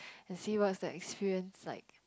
and see what's the experience like